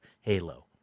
Halo